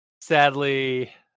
sadly